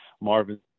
Marvin